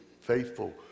faithful